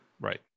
Right